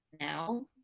now